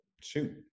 Shoot